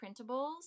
printables